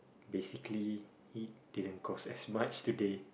basically eat they didn't cause that much today